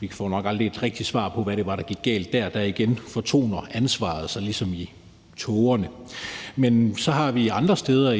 Vi får nok aldrig et rigtigt svar på, hvad der gik galt. Igen fortoner ansvaret sig ligesom i tågerne. Så har vi andre steder